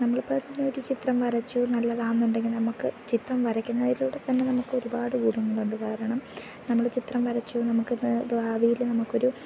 നമ്മൾ ഇപ്പം ഒരു ചിത്രം വരച്ചു നല്ലതാണ് എന്നുണ്ടെങ്കിൽ നമുക്ക് ചിത്രം വരയ്ക്കുന്നതിലൂടെ തന്നെ നമുക്ക് ഒരുപാട് ഗുണങ്ങൾ ഉണ്ട് കാരണം നമ്മൾ ചിത്രം വരച്ചു നമുക്ക് അത് ഭാവിയിൽ നമുക്ക് ഒരു